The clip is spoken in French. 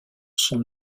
son